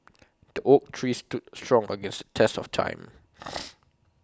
the oak tree stood strong against the test of time